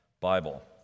Bible